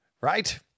Right